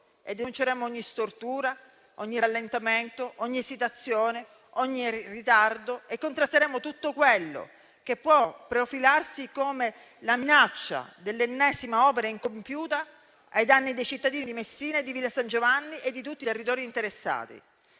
e denunceremo ogni stortura, ogni rallentamento, ogni esitazione e ogni ritardo e contrasteremo tutto quello che può profilarsi come la minaccia dell'ennesima opera incompiuta ai danni dei cittadini di Messina e di Villa San Giovanni e di tutti i territori interessati.